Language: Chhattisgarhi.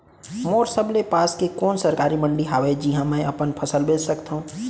मोर सबले पास के कोन सरकारी मंडी हावे जिहां मैं अपन फसल बेच सकथव?